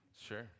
Sure